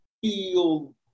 feel